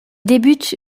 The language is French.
débute